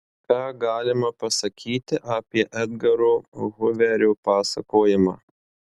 ką galima pasakyti apie edgaro huverio pasakojimą